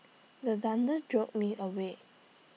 the thunder jolt me awake